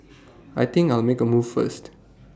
I think I'll make A move first